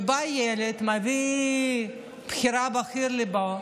ובא ילד, מביא את בחירת או בחיר ליבו,